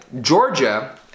Georgia